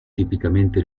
tipicamente